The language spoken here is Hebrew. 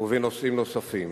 ובנושאים נוספים.